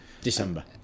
December